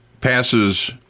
passes